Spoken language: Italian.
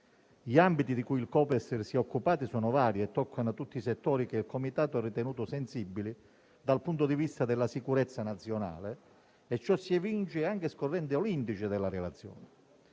Gli ambiti di cui il Copasir si è occupato sono vari e toccano tutti i settori che il Comitato ha ritenuto sensibili dal punto di vista della sicurezza nazionale. Ciò si evince anche scorrendo l'indice della relazione.